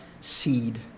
seed